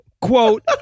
quote